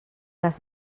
cas